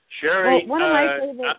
Sherry